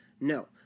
No